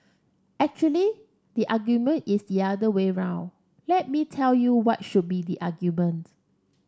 actually the argument is the other way round let me tell you what should be the argument